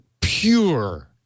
pure